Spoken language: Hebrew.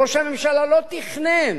ראש הממשלה לא תכנן